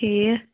ٹھیٖک